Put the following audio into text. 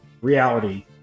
Reality